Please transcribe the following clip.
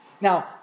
Now